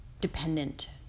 dependent